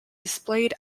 displayed